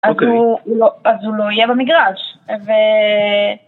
אז הוא לא יהיה במגרש